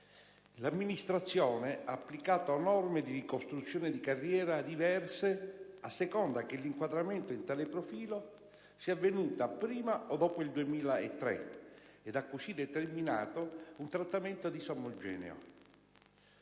l'amministrazione ha applicato norme di ricostruzione di carriera diverse a seconda che l'inquadramento in tale profilo sia avvenuto prima o dopo il 2003 ed ha così determinato un trattamento disomogeneo.